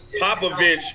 Popovich